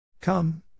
Come